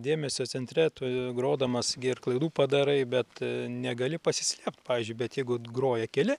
dėmesio centre tu grodamas gi ir klaidų padarai bet negali pasislėp pavyzdžiui bet jeigu groja keli